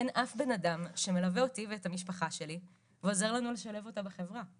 אין אף בן אדם שמלווה אותי ואת המשפחה שלי ועוזר לנו לשלב אותה בחברה?